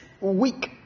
week